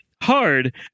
hard